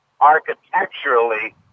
architecturally